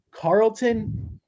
Carlton –